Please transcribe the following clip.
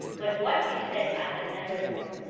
but what he said i have never known.